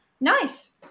nice